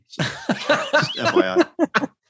FYI